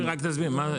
רק תסביר.